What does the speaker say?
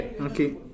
Okay